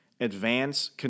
advance